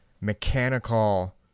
mechanical